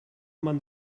man